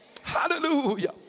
Hallelujah